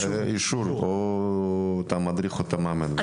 או אישור מדריך או מאמן.